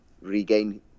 regain